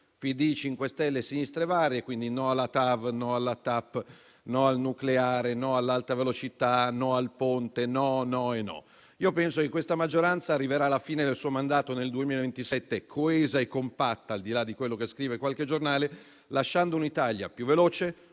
PD, 5 Stelle e sinistre varie: no alla TAV, no alla TAP, no al nucleare, no all'Alta velocità, no al Ponte, no, no e no. Penso che questa maggioranza arriverà la fine del suo mandato, nel 2027, coesa e compatta, al di là di quello che scrive qualche giornale, lasciando un'Italia più veloce,